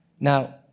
Now